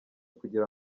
kugira